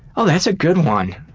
oh, that's a good one.